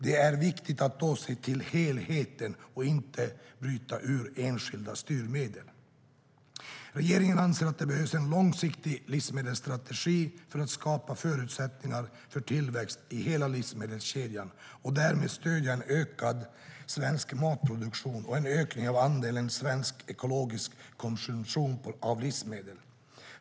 Det är viktigt att då se till helheten och inte bryta ur enskilda styrmedel. Regeringen anser att det behövs en långsiktig livsmedelsstrategi för att skapa förutsättningar för tillväxt i hela livsmedelskedjan och därmed stödja en ökad svensk matproduktion och en ökning av andelen svenskt och ekologiskt i konsumtionen av livsmedel.